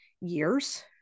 years